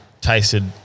tasted